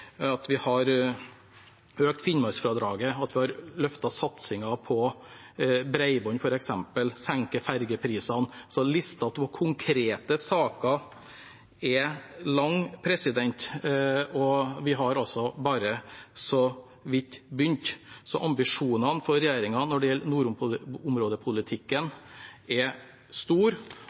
økt Finnmarksfradraget at vi har løftet satsingen på bredbånd at vi senker fergeprisene Listen over konkrete saker er altså lang, og vi har bare så vidt begynt. Ambisjonene for regjeringen når det gjelder nordområdepolitikken, er store